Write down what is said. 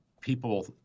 people